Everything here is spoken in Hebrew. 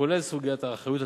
כולל סוגיית האחריות התקציבית.